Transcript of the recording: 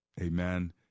Amen